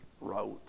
route